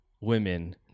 women